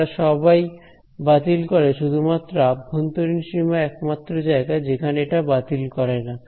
তারা সবাই বাতিল করে শুধুমাত্র অভ্যন্তরীণ সীমা একমাত্র জায়গা যেখানে এটা বাতিল করে না